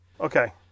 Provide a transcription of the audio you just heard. Okay